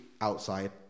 outside